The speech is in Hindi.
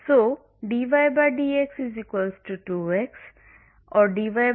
लेकिन फिर एक फ़ंक्शन की कल्पना करें जिसे अंश और हर में बहुत जटिल स्वतंत्र चर मिले हैं